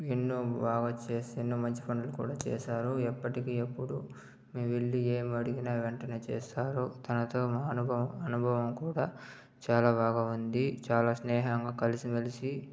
ఎన్నో మంచి పనులు కూడ చేశారు ఎప్పటికీ ఎప్పుడు మేము వెళ్ళి ఏమి అడిగిన వెంటనే చేశారు తనతో మా అనుభవం అనుభవం కూడ చాలా బాగా ఉంది చాలా స్నేహంగా కలిసి మెలిసి